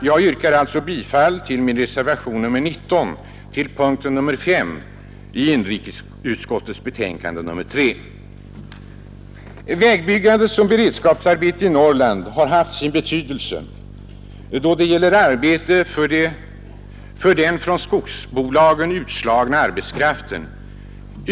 Jag yrkar alltså bifall till reservationen 19 vid punkten 5 i inrikesutskottets betänkande nr 3. Vägbyggande som beredskapsarbete i Norrland har haft sin betydelse då det gäller arbete för den från skogsbolagen utslagna arbetskraften.